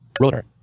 Rotor